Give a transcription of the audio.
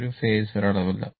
ഇത് ഒരു ഫേസർ അളവല്ല